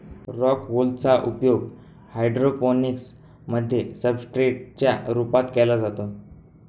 rock wool चा उपयोग hydroponics मध्ये सब्सट्रेट च्या रूपात केला जातो